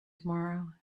tomorrow